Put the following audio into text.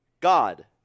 God